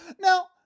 Now